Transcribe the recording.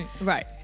Right